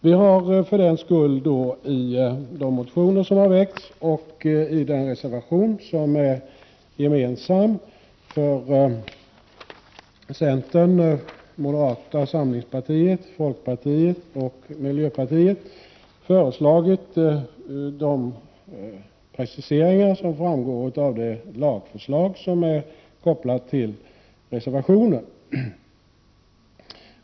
För den sakens skull har vi i de motioner som har väckts och i den reservation som är gemensam för centerpartiet, moderata samlingspartiet, folkpartiet och miljöpartiet föreslagit de preciseringar som framgår av det lagförslag som är kopplat till reservationen.